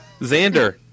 Xander